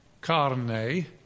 carne